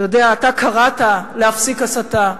אתה יודע, אתה קראת להפסיק הסתה,